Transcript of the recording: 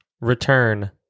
Return